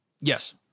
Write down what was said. Yes